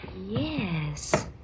Yes